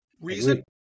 reason